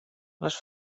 les